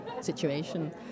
situation